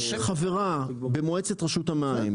משרד הפנים יש חברה במועצת רשות המים,